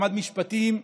למד משפטים,